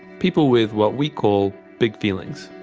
people with what we call big feelings,